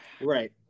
right